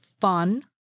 Fun